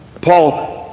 Paul